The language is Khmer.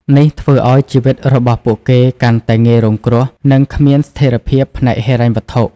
នេះធ្វើឱ្យជីវិតរបស់ពួកគេកាន់តែងាយរងគ្រោះ និងគ្មានស្ថិរភាពផ្នែកហិរញ្ញវត្ថុ។